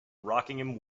rockingham